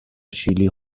شیلی